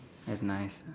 that's nice